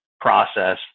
process